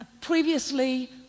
previously